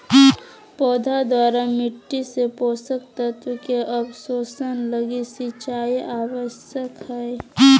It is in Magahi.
पौधा द्वारा मिट्टी से पोषक तत्व के अवशोषण लगी सिंचाई आवश्यक हइ